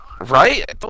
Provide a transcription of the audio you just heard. Right